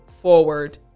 forward